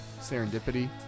serendipity